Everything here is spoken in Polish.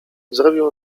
zrobił